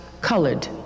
colored